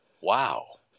wow